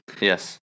Yes